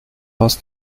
aus